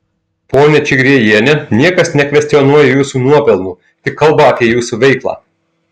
ponia čigriejiene niekas nekvestionuoja jūsų nuopelnų tik kalba apie jūsų veiklą